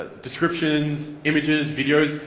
ah descriptions, images, videos,